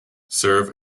serve